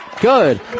good